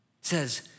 Says